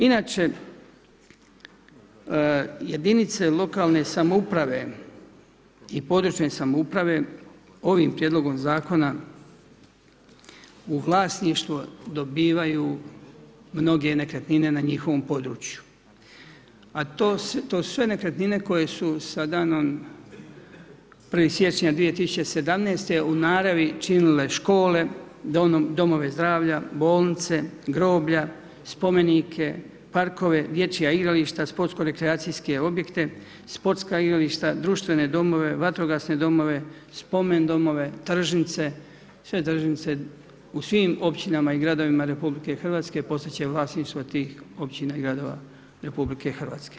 Inače jedinice lokalne samouprave i područne samouprave ovim prijedlogom zakona u vlasništvo dobivaju mnoge nekretnine na njihovom području a to su sve nekretnine koje su sa danom 1. siječnja 2017. u naravi činile škole, domove zdravlja, bolnice, groblja, spomenike, parkove, dječja igrališta, sportsko-rekreacijske objekte, sportska igrališta, društvene domove, vatrogasne domove, spomen domove, tržnice, sve tržnice u svim općinama i gradovima RH postat će vlasništvo tih općina i gradova RH.